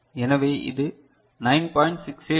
எனவே இது 9